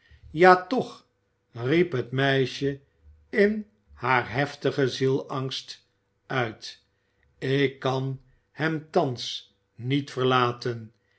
ja toch riep het meisje in haar heftigen zielsangst uit ik kan hem thans niet verlaten